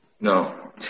No